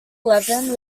levin